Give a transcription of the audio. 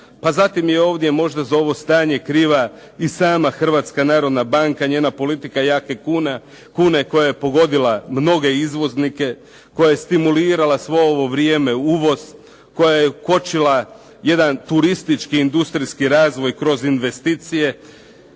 Pa zatim je možda ovdje za ovo stanje kriva i sama Hrvatska narodna banka, njena politika jake kune koja je pogodila mnoge izvoznike, koja je stimulirala svo ovo vrijeme uvoz, koja je kočila jedan turistički i industrijski razvoj kroz investicije